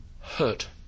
hurt